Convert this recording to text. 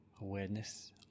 Awareness